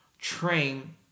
train